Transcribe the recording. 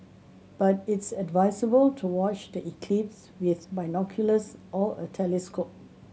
but it's advisable to watch the eclipse with binoculars or a telescope